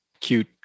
cute